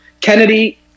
Kennedy